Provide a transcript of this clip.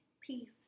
Peace